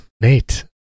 Nate